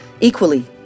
Equally